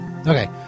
Okay